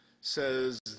says